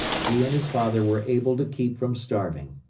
he and his father were able to keep from starving.